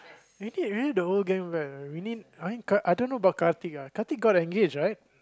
we need really the old gang back leh we need I don't know about Karthik lah Karthik got engaged right